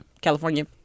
California